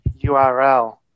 URL